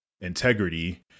integrity